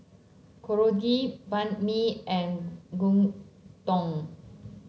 korokke Banh Mi and Gyudon